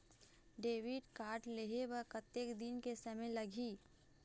Debit card लेहे बर कतेक दिन के समय लगही?